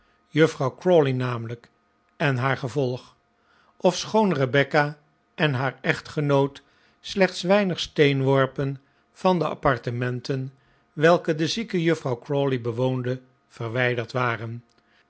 juffrouw crawley namelijk en haar gevolg ofschoon rebecca en haar echtgenoot slechts weinige steenworpen van de apartementen welke de zieke juffrouw crawley bewoonde verwijderd waren